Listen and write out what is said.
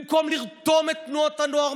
במקום לרתום את תנועות הנוער,